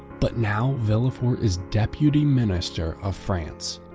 but now villefort is deputy minister of france,